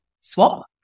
swap